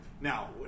Now